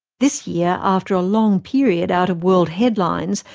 this year, after a long period out of world headlines,